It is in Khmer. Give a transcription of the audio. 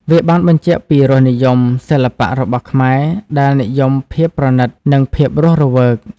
វាបានបញ្ជាក់ពីរសនិយមសិល្បៈរបស់ខ្មែរដែលនិយមភាពប្រណិត និងភាពរស់រវើក។